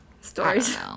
Stories